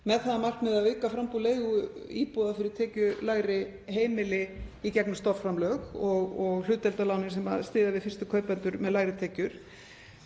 það að markmiði að auka framboð leiguíbúða fyrir tekjulægri heimili í gegnum stofnframlög og hlutdeildarlánin sem styðja við fyrstu kaupendur með lægri tekjur.